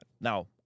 Now